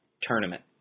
tournament